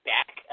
Back